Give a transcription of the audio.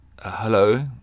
hello